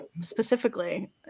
specifically